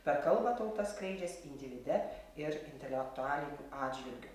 per kalbą tautą skleidžias individe ir intelektualiniu atžvilgiu